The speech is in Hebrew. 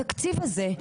בתקציב הזה,